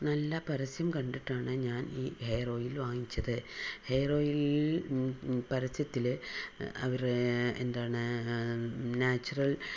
നല്ല പരസ്യം കണ്ടിട്ടാണ് ഞാൻ ഈ ഹെയർ ഓയിൽ വാങ്ങിച്ചത് ഹെയർ ഓയിൽ പരസ്യത്തിൽ അവർ എന്താണ് നാച്ചുറൽ